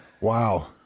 Wow